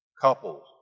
couples